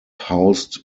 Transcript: housed